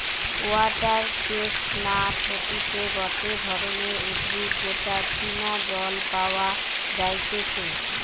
water chestnut হতিছে গটে ধরণের উদ্ভিদ যেটা চীনা জল পাওয়া যাইতেছে